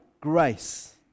grace